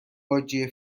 باجه